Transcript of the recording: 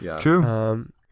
True